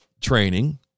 training